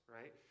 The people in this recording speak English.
right